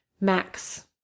Max